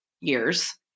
years